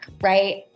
right